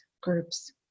groups